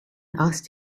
asked